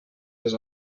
les